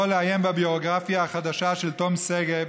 יכול לעיין בביוגרפיה החדשה של תום שגב,